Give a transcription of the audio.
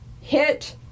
hit